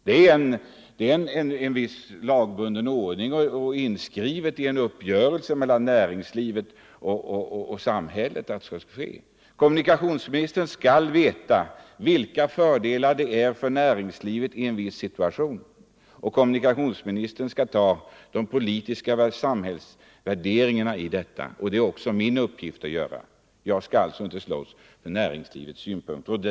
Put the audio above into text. Det är en viss lagbunden ordning och står så att säga inskrivet i en uppgörelse mellan näringslivet och samhället att så skall ske. Kommunikationsministern skall veta vilka fördelarna är för näringslivet i en viss situation, och kommunikationsministern skall sedan göra de politiska och samhällsekonomiska värderingarna. Det är också min uppgift. Jag skall alltså inte slåss för näringslivets synpunkter.